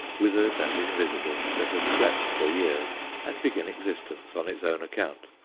withered and invisible, that has slept for years, and begin existence on its own account.